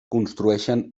construeixen